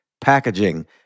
packaging